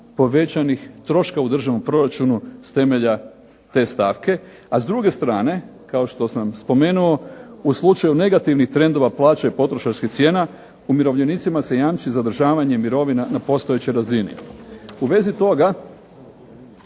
povećanih troška u državnom proračunu s temelja te stavke, a s druge strane kao što sam spomenuo u slučaju negativnih trendova plaća i potrošačkih cijena umirovljenicima se jamči zadržavanje mirovina na postojećoj razini. U vezi toga